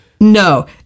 No